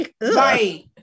right